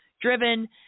driven